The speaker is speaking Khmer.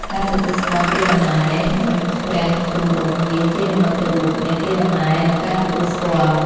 ការទទួលស្គាល់កេរដំណែលដោយព្រះទម្រង់មាសជានិមិត្តរូបនៃកេរដំណែល និងការទទួលស្គាល់។